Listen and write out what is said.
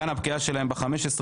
כאן הפקיעה שלהן היא ב-15.2,